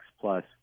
plus